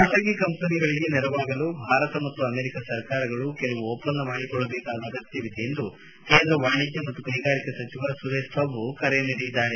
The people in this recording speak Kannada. ಬಾಸಗಿ ಕಂಪನಿಗಳಿಗೆ ನೆರವಾಗಲು ಭಾರತ ಮತ್ತು ಅಮೆರಿಕ ಸರಕಾರಗಳು ಕೆಲವು ಒಪ್ಪಂದ ಮಾಡಿಕೊಳ್ಳಬೇಕಾದ ಅಗತ್ಲವಿದೆ ಎಂದು ಕೇಂದ್ರ ವಾಣಿಜ್ಞ ಮತ್ತು ಕೈಗಾರಿಕಾ ಸಚಿವ ಸುರೇಶ್ ಪ್ರಭು ಕರೆ ನೀಡಿದ್ದಾರೆ